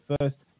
first